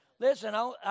Listen